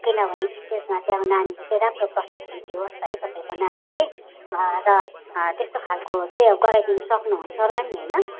किनभने स्टेजमा चाहिँ अब नानीले चाहिँ राम्रो प्रस्तुति दिओस् है तपाईँको नानीले र त्यस्तो खालको चाहिँ गराइदिनु सक्नुहुन्छ होला नि हैन